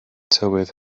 tywydd